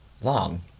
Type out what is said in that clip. Long